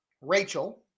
Rachel